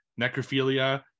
necrophilia